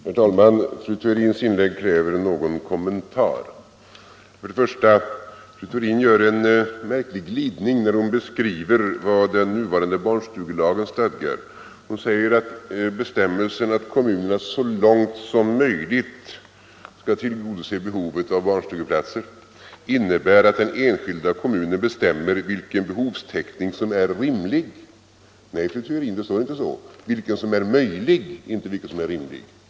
Herr talman! Fru Theorins inlägg kräver någon kommentar. Till att börja med gör fru Theorin en verklig glidning när hon beskriver vad den nuvarande barnstugelagen stadgar. Hon säger att bestämmelsen att kommunerna så långt som möjligt skall tillgodose behovet av barnstugeplatser innebär att den enskilda kommunen bestämmer vilken behovstäckning som är rimlig. Nej, fru Theorin, det står inte ”rimlig” utan ”möjlig”. Det är en enorm skillnad.